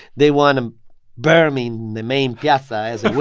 they want to burn me in the main piazza as